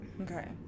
Okay